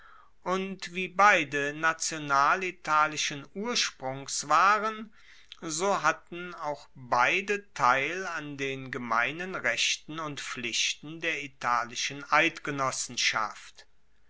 und wie beide national italischen ursprungs waren so hatten auch beide teil an den gemeinen rechten und pflichten der italischen eidgenossenschaft